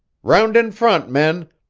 round in front, men!